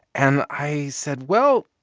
and i said, well,